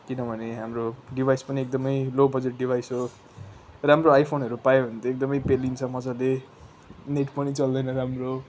किनभने हाम्रो डिभाइस पनि एकदमै लो बजेट डिभाइस हो राम्रो आइफोनहरू पायो भने त एकदमै पेलिन्छ मजाले नेट पनि चल्दैन राम्रो